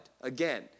Again